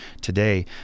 today